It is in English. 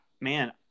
man